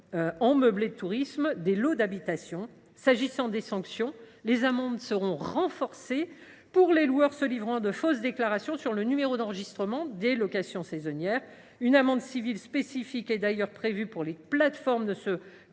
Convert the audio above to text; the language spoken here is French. en meublé de tourisme des lots d’habitation. Au chapitre des sanctions, les amendes seront renforcées pour les loueurs se livrant à de fausses déclarations quant au numéro d’enregistrement des locations saisonnières. Une amende civile spécifique est d’ailleurs prévue pour les plateformes ne se